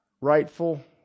rightful